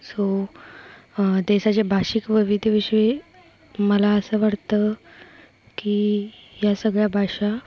so देशाचे भाषिक वैविध्याविषयी मला असं वाटतं की ह्या सगळ्या भाषा